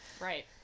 right